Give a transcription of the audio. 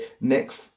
Nick